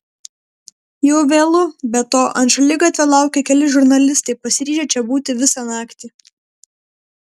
jau vėlu be to ant šaligatvio laukia keli žurnalistai pasiryžę čia būti visą naktį